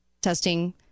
testing